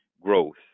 growth